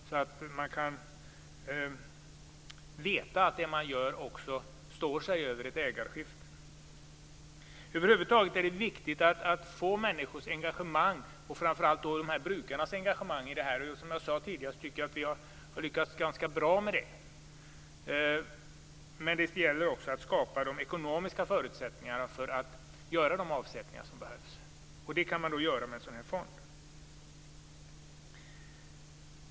Man måste kunna veta att det som man gör också står sig över ett ägarskifte. Över huvud taget är det viktigt att tillvarata människors och framför allt brukarnas engagemang i det här arbetet, och jag tycker att vi har lyckats ganska bra med det. Men det gäller också att skapa ekonomiska förutsättningar för att göra de avsättningar som behövs och det kan ske genom en naturvårdsfond.